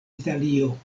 italio